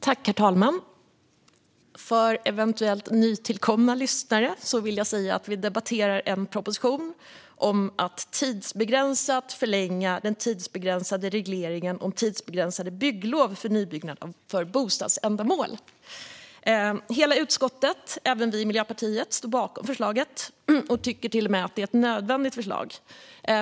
Herr talman! För eventuellt nytillkomna lyssnare vill jag säga att vi debatterar en proposition om att tidsbegränsat förlänga den tidsbegränsade regleringen om tidsbegränsade bygglov för nybyggnad för bostadsändamål. Hela utskottet, även vi i Miljöpartiet, står bakom förslaget och tycker till och med att det är ett nödvändigt förslag.